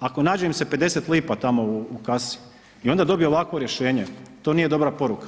ako nađe im se 50 lipa tamo u kasi i onda dobiju ovakvo rješenje, to nije dobra poruka.